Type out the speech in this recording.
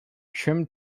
trim